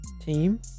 team